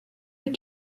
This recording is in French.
les